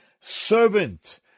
servant